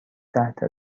تحت